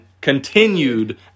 continued